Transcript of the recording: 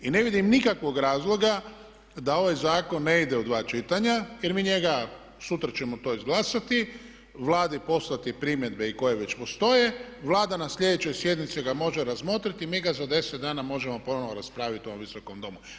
I ne vidim nikakvog razloga da ovaj zakon ne ide u dva čitanja jer mi njega sutra ćemo to izglasati, Vladi poslati primjedbe i koje već postoje, Vlada na sljedećoj sjednici ga može razmotriti i mi ga za 10 dana možemo ponovno raspraviti u ovom Visokom domu.